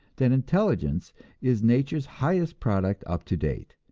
that intelligence is nature's highest product up to date,